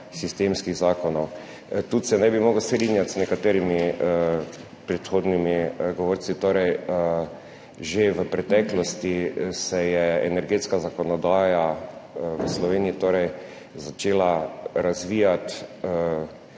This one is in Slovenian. Tudi se ne bi mogel strinjati z nekaterimi predhodnimi govorci. Že v preteklosti se je energetska zakonodaja v Sloveniji začela razvijati